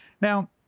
Now